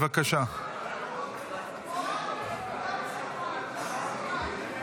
נעבור לנושא הבא על סדר-היום: הצעת חוק העונשין (תיקון מס'